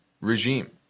regime